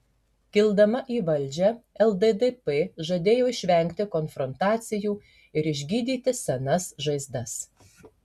kildama į valdžią lddp žadėjo išvengti konfrontacijų ir išgydyti senas žaizdas